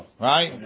Right